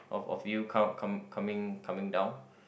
of of you com~ come coming coming down